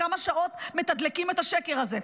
כמה שעות מתדלקים את השקר הזה.